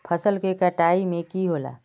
फसल के कटाई में की होला?